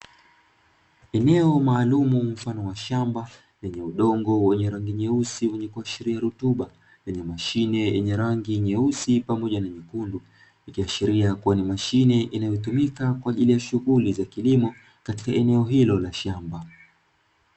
Eneo maalumu mfano wa shamba lenye udongo wenye rangi nyeusi wenye kuashiria rutuba, lenye mashine yenye rangi nyeusi pamoja na nyekundu, ikiashiria kuwa ni mashine inayotumika kwa ajili ya shughuli za kilimo, katika eneo hilo la shamba.